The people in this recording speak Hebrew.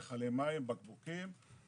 מביאים מכלי מים, בקבוקים,